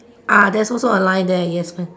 uh there's also a line there yes one